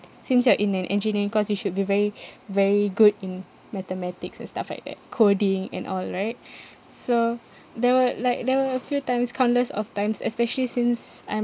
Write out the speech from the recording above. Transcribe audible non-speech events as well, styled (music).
since you're in an engineering course you should be very very good in mathematics and stuff like that coding and all right (breath) so there were like there were a few times countless of times especially since I'm